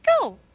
go